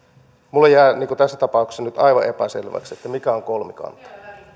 minulle jää tässä tapauksessa nyt aivan epäselväksi mikä on kolmikanta